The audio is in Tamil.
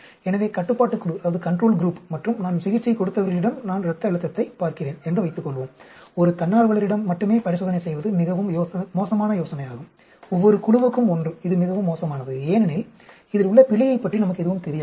எனவே கட்டுப்பாட்டுக் குழு மற்றும் நாம் சிகிச்சை கொடுத்தவர்களிடம் நான் இரத்த அழுத்தத்தைப் பார்க்கிறேன் என்று வைத்துக்கொள்வோம் ஒரு தன்னார்வலரிடம் மட்டுமே பரிசோதனை செய்வது மிகவும் மோசமான யோசனையாகும் ஒவ்வொரு குழுவுக்கும் ஒன்று இது மிகவும் மோசமானது ஏனெனில் இதில் உள்ள பிழையைப் பற்றி நமக்கு எதுவும் தெரியாது